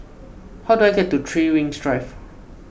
how do I get to three Rings Drive